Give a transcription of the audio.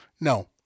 No